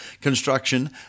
construction